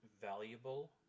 valuable